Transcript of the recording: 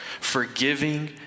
forgiving